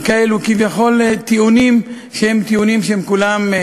כביכול טיעונים שכולם הם,